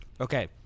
Okay